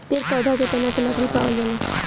पेड़ पौधा के तना से लकड़ी पावल जाला